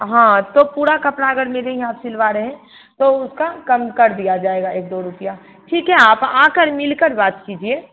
हाँ तो पूरा कपड़ा अगर मेरे यहाँ सिलवा रहे तो उसका कम कर दिया जाएगा एक दो रुपया ठीक है आप आकर मिलकर बात कीजिए